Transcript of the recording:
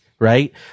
Right